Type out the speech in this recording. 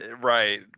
Right